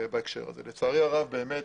לצערי הרב באמת